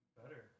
better